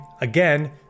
again